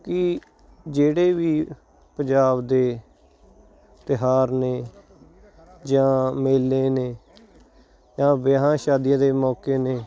ਕਿ ਜਿਹੜੇ ਵੀ ਪੰਜਾਬ ਦੇ ਤਿਉਹਾਰ ਨੇ ਜਾਂ ਮੇਲੇ ਨੇ ਜਾਂ ਵਿਆਹਾਂ ਸ਼ਾਦੀਆਂ ਦੇ ਮੌਕੇ ਨੇ